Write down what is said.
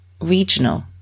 regional